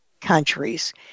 countries